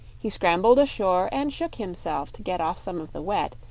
he scrambled ashore and shook himself to get off some of the wet,